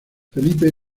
felipe